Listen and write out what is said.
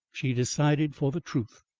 she decided for the truth.